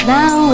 Now